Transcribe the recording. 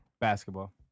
Basketball